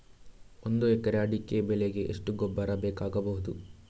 ಒಂದು ಎಕರೆ ಅಡಿಕೆ ಬೆಳೆಗೆ ಎಷ್ಟು ಗೊಬ್ಬರ ಬೇಕಾಗಬಹುದು?